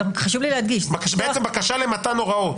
שזה בעצם בקשה למתן הוראות?.